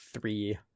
three